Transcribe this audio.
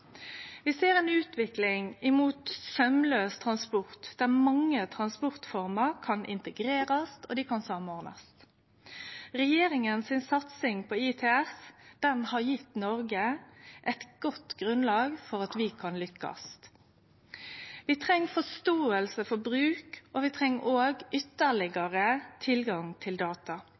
Vi ser ei utvikling mot saumlaus transport, der mange transportformer kan integrerast og samordnast. Regjeringa si satsing på ITS har gjeve Noreg eit godt grunnlag for at vi kan lykkast. Vi treng forståing for bruk, og vi treng òg ytterlegare tilgang til data.